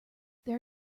there